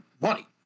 money